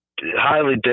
highly